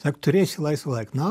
sak turėsi laisvo laiko nu